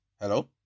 Hello